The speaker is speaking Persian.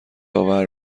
آور